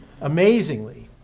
Amazingly